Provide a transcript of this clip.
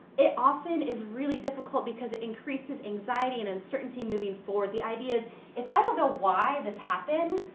it often is really difficult because it increases anxiety and uncertainty moving forward. the idea is if i don't know why this happened,